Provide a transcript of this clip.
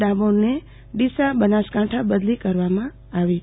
ડામોરની ડીસા બનાસકાંઠા બદલી કરવામાં આવી છે